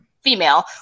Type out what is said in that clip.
female